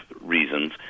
reasons